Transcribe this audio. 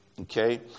Okay